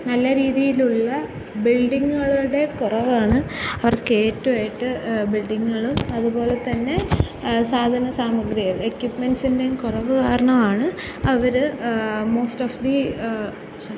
നല്ല രീതിയിലുള്ള ബിൽഡിങ്ങുകളുടെ കുറവാണ് അവർക്ക് ഏറ്റുമായിട്ട് ബിൽഡിങ്ങുകളും അതുപോലെ തന്നെ സാധന സാമഗ്രികൾ അക്യുപ്മെന്റ്സിൻ്റെയും കുറവു കാരണമാണ് അവർ മോസ്റ്റ് ഓഫ് ദി